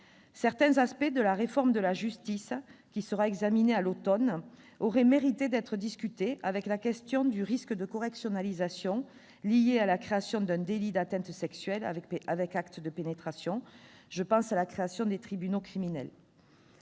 Certains aspects de la réforme de la justice, qui sera examinée à l'automne, auraient mérité d'être discutés avec la question du risque de correctionnalisation lié à la création d'un délit d'atteinte sexuelle avec acte de pénétration- je pense à la création des tribunaux criminels.